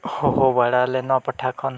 ᱦᱚᱦᱚ ᱵᱟᱲᱟ ᱞᱮᱱ ᱱᱚᱣᱟ ᱯᱟᱦᱟᱴᱟ ᱠᱷᱚᱱ